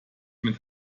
mit